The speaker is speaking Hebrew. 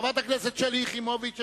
חברת הכנסת שלי יחימוביץ,